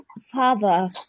Father